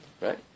Right